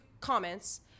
comments